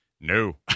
no